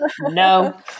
No